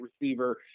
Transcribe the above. receiver